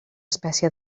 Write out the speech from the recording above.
espècie